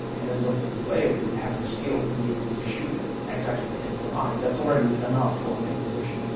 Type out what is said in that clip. and it's up to the player to they have the skill to be able to shoot exactly in that eye, and that's already enough for an introduction.